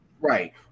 Right